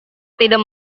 tidak